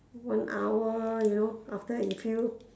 one hour you know after that you feel